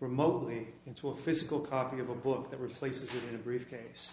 remotely into a physical copy of a book that replaces it in a briefcase